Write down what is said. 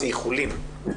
זה איחולים.